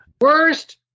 worst